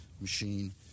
machine